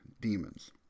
demons